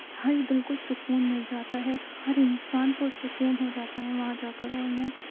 ہر دِل کو سکون مل جاتا ہے ہر انسان پُرسکون ہو جاتا ہے وہاں جا کر اور میں